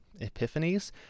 epiphanies